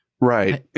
Right